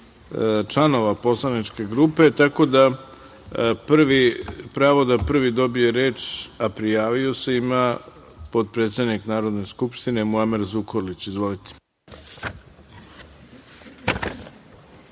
članova poslaničke grupe, tako da pravo da prvi dobije reč, a prijavio se, ima potpredsednik Narodne skupštine Muamer Zukorilić. Izvolite.